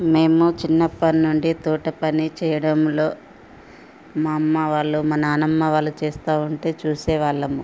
మేం మా చిన్నప్పటినుండి తోట పని చేయడంలో మా అమ్మ వాళ్ళు మా నాన్నమ్మ వాళ్ళు చేస్తా ఉంటే చూసేవాళ్ళము